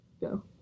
Go